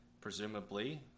presumably